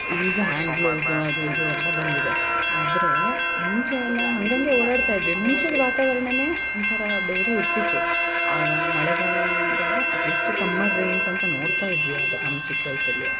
ಈಗ hand gloves ಅದು ಇದು ಎಲ್ಲ ಬಂದಿದೆ ಆದರೆ ಮುಂಚೆ ಎಲ್ಲ ಹಂಗಂಗೆ ಓಡಾಡ್ತಾ ಇದ್ವಿ ಮುಂಚಿಂದು ವಾತಾವರ್ಣ ಒಂಥರ ಬೇರೆ ಇರುತಿತ್ತು ಆಗ ಮಳೆಗಾಲ ಅಂದಾಗ ಅಟ್ಲೀಸ್ಟ್ ಸಮ್ಮರ್ ರೇಂಜ್ ಅಂತ ನೋಡ್ತಾ ಇದ್ವಿ ಆಗ ನಮ್ಮ ಚಿಕ್ಕ ವಯಸ್ಸಲ್ಲಿ